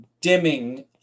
dimming